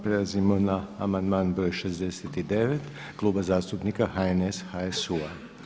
Prelazimo na amandman broj 69 Kluba zastupnika HNS-a, HSU-a.